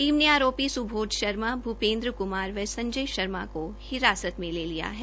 team ने आरोपी सुबोध शर्मा भूपेन्द्र कुमार व संजय शर्मा को हिरासत में लिया है